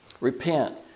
Repent